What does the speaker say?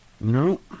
No